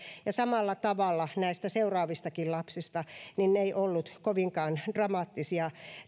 ja samalla tavalla näistä seuraavistakaan lapsista ne luvut eivät olleet kovinkaan dramaattisia